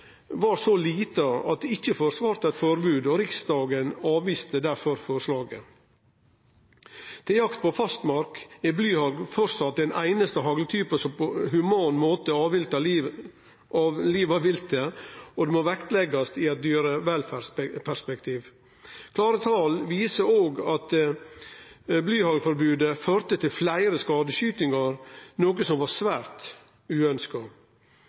var så liten at det ikkje forsvarte eit forbod. Riksdagen avviste difor forslaget. Til jakt på fastmark er blyhagl framleis den einaste hagltypen som på ein human måte avlivar viltet, og det må det leggjast vekt på i eit dyrevelferdsperspektiv. Klare tal viser òg at blyhaglforbodet førte til fleire skadeskytingar, noko som er svært